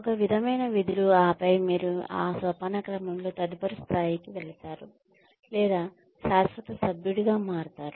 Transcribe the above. ఒక విధమైన విధులు ఆపై మీరు ఆ సోపానక్రమంలో తదుపరి స్థాయికి వెళతారు లేదా శాశ్వత సభ్యుడిగా మారతారు